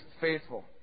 faithful